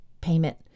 payment